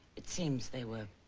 it seems they were.